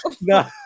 No